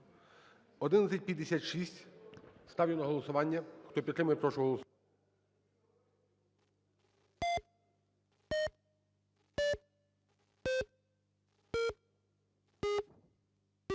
1156 ставлю на голосування. Хто підтримує, прошу голосувати.